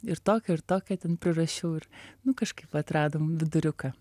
ir tokio ir tokio ten prirašiau ir nu kažkaip atradom viduriuką